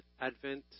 Advent